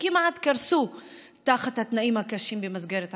שכמעט קרסו תחת התנאים הקשים במסגרת העבודה,